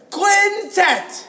Quintet